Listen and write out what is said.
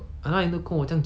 ya